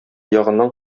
ягыннан